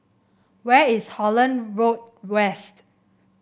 where is Holland Road West